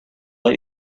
have